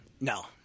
No